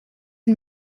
une